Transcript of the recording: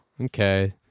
okay